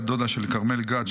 בת דודה של כרמל גת,